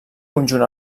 conjunt